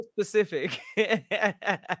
specific